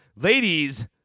Ladies